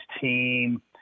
team